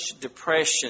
depression